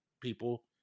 people